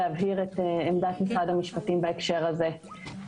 להבהיר את עמדת משרד המשפטים בהקשר הזה.